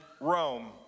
Rome